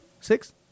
Six